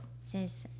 says